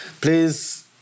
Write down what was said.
Please